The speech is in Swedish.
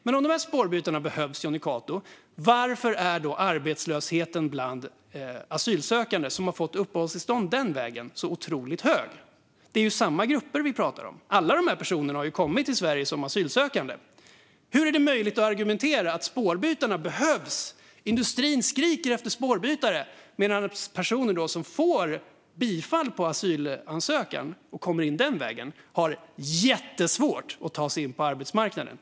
Men om spårbytarna behövs, Jonny Cato, varför är då arbetslösheten bland asylsökande som har fått uppehållstillstånd den vägen så otroligt hög? Det är ju samma grupp vi pratar om. Alla dessa personer har kommit till Sverige som asylsökande. Hur är det möjligt att man argumenterar för att spårbytarna behövs och att industrin skriker efter spårbytare när personer som får bifall på sin asylansökan och kommer in den vägen har jättesvårt att ta sig in på arbetsmarknaden?